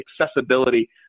accessibility